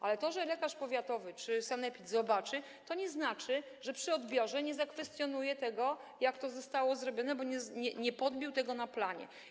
Ale to, że lekarz powiatowy czy sanepid zobaczy, nie znaczy, że przy odbiorze nie zakwestionuje tego, jak to zostało zrobione, bo nie podbił tego na planie.